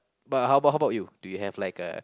but how about how about you do you have like uh